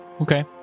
Okay